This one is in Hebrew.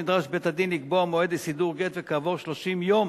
נדרש בית-הדין לקבוע מועד לסידור גט וכעבור 30 יום